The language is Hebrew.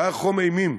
היה חום אימים,